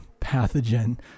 pathogen